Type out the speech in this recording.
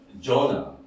Jonah